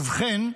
ובכן,